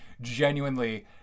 genuinely